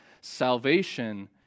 salvation